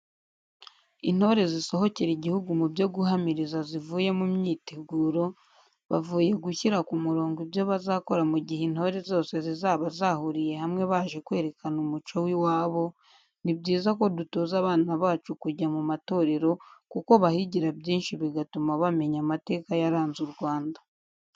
Intore zisohokera igihugu mu byo guhamiriza zivuye mu myiteguro, bavuye gushyira ku murongo ibyo bazakora mu gihe intore zose zizaba zahuriye hamwe baje kwerekana umuco w'iwabo, ni byiza ko dutoza abana bacu kujya mu matorero kuko bahigira byinshi bigatuma bamenya amateka yaranze u Rwanda.